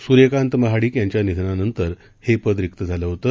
सुर्यकांत महाडिक यांच्या निधनानंतर हे पद रिक्त झालं होतं